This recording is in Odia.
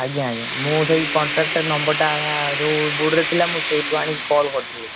ଆଜ୍ଞା ଆଜ୍ଞା ମୁଁ ସେହି କଣ୍ଟାକ୍ଟ୍ ନମ୍ବରଟା ଯେଉଁ ବୋର୍ଡରେ ଥିଲା ମୁଁ ସେଇଠୁ ଆଣିକି କଲ୍ କରିଥିଲି